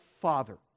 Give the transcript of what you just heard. Father